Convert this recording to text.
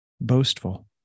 boastful